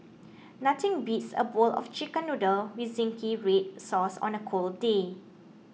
nothing beats a bowl of Chicken Noodles with Zingy Red Sauce on a cold day